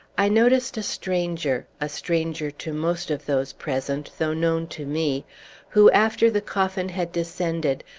i noticed a stranger a stranger to most of those present, though known to me who, after the coffin had descended,